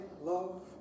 love